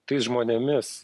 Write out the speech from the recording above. tais žmonėmis